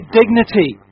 dignity